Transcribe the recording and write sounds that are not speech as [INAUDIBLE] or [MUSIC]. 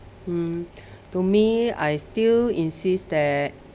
mm [NOISE] to me I still insist that